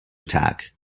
attack